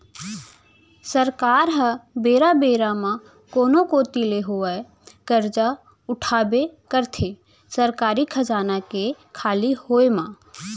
सरकार ह बेरा बेरा म कोनो कोती ले होवय करजा उठाबे करथे सरकारी खजाना के खाली होय म